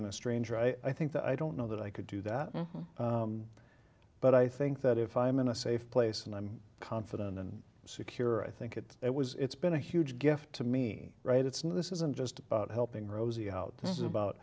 in a stranger i think that i don't know that i could do that but i think that if i'm in a safe place and i'm confident and secure i think it was it's been a huge gift to me right it's not this isn't just about helping rosie out